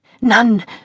None